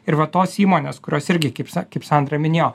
ir va tos įmonės kurios irgi kaip sa kaip sandra minėjo